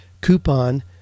coupon